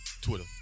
Twitter